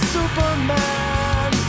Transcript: Superman